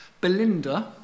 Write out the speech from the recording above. Belinda